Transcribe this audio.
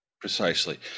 Precisely